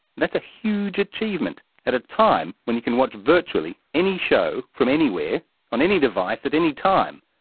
that's a huge achievement at a time when you can watch virtually any show from anywhere on any device at any time.